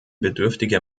bedürftige